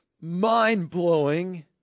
mind-blowing